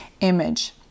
image